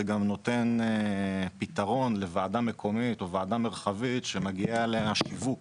זה גם נותן פתרון לוועדה מקומית או ועדה מרחבית שמגיעה לשיווק